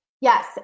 Yes